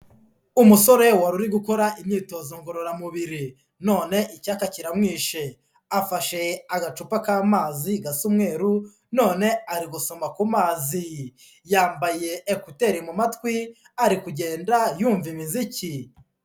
Umusore wari uri gukora imyitozo ngororamubiri, none icyayaka kiramwishe, afashe agacupa k'amazi gasa umweru, none ari gusoma ku mazi, yambaye ekuteri mu matwi ari kugenda yumva imiziki.